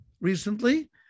recently